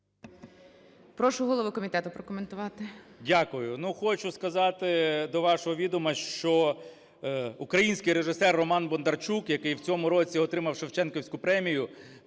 Прошу голову комітету прокоментувати. 13:01:22 КНЯЖИЦЬКИЙ М.Л. Дякую. Ну, хочу сказати до вашого відома, що український режисер Роман Бондарчук, який в цьому році отримав Шевченківську премію,